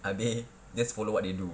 abeh just follow what do they do